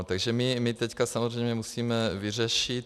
Takže my teď samozřejmě musíme vyřešit...